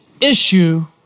issue